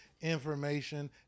information